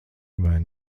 vai